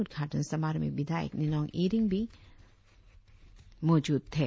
उद्घाटन समारोह में विधायक निनोंग ईरिंग भी मौजूद थे